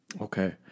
Okay